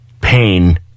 pain